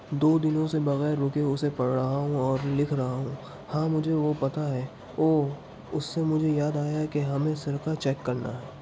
دو دنوں سے بغیر رکے اسے پڑھ رہا ہوں اور لکھ رہا ہوں ہاں مجھے وہ پتہ ہے اوہ اس سے مجھے یاد آیا کہ ہمیں سرقہ چیک کرنا ہے